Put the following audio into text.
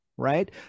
Right